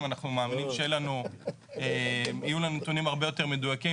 אנחנו מאמינים שיהיו לנו נתונים הרבה יותר מדויקים